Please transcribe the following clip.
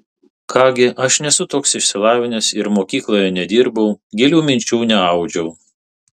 ką gi aš nesu toks išsilavinęs ir mokykloje nedirbau gilių minčių neaudžiu